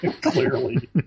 Clearly